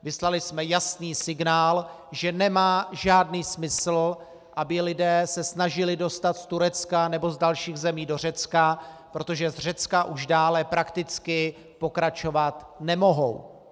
Vyslali jsme jasný signál, že nemá žádný smysl, aby se lidé snažili dostat z Turecka nebo dalších zemí do Řecka, protože z Řecka už dále prakticky pokračovat nemohou.